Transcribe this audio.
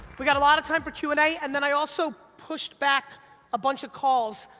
we got a lot of time for q and a and then i also pushed back a bunch of calls,